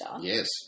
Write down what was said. Yes